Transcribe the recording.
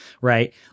right